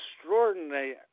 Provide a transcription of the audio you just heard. Extraordinary